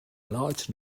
large